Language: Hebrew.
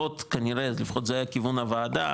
כנראה לפחות זה היה כיוון הוועדה